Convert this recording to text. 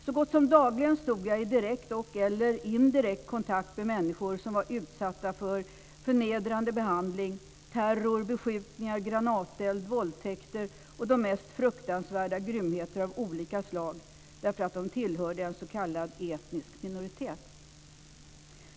Så gott som dagligen stod jag i direkt eller indirekt kontakt med människor som var utsatta för förnedrande behandling, terror, beskjutning, granateld, våldtäkter och de mest fruktansvärda grymheter av olika slag därför att de tillhörde en s.k.